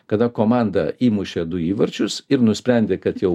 kada komanda įmušė du įvarčius ir nusprendė kad jau